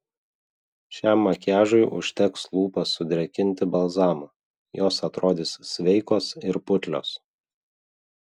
šiam makiažui užteks lūpas sudrėkinti balzamu jos atrodys sveikos ir putlios